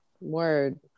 Word